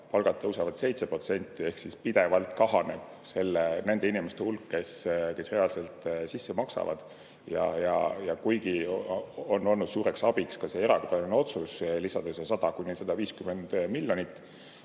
palgad tõusevad 7% ehk pidevalt kahaneb nende inimeste hulk, kes reaalselt sisse maksavad. Kuigi on olnud suureks abiks ka see erakorraline otsus lisada 100–150 miljonit,